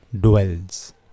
dwells